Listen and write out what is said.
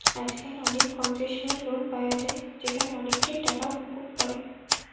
আজকাল অনেক concessional loan পায়া যায় যেখানে অনেকটা টাকাই মুকুব করে